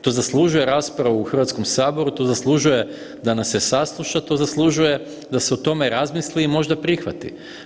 To zaslužuje raspravu u Hrvatskom saboru, to zaslužuje da nas se sasluša, to zaslužuje da se o tome razmisli i možda prihvati.